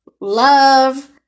love